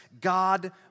God